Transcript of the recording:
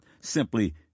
simply